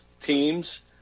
teams